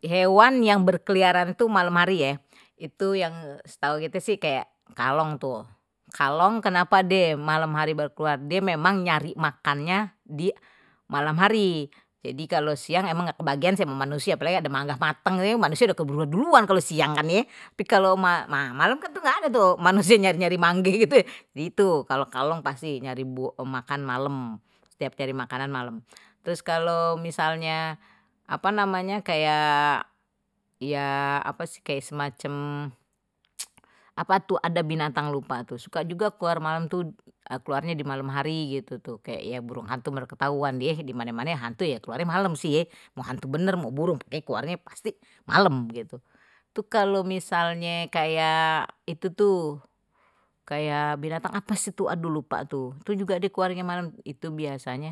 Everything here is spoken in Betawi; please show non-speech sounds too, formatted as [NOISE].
Hewan yang berkeliaran itu malam hari ya itu yang setahu kite gitu sih kayak kalong tuh kalong kenapa die malam hari baru keluar dia memang nyari makannya di malam hari jadi kalau siang emang kebagian sama manusia apalagi ada mangga matang, manusia udah keburu duluan deh malam kan nggak ada tuh manusia nyari mangga gitu kalau kalong pasti nyari bu makan malam setiap cari makanan malam, terus kalau misalnya apa namanya kayak iya apa sih kayak semacam apa tuh ada binatang lupa tuh suka juga keluar malam tuh keluarnya di malam hari, gitu tuh kayak yang burung hantu baru ketahuan deh di mana-mana hantu ya kemarin malam sih mau hantu bener mau burung [HESITATION] keluarnya pasti malam gitu loh itu kalau misalnya kayak itu tuh kayak binatang apa sih itu aduh lupa tuh itu juga dia keluarin malam, kemarin itu biasanya